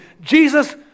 Jesus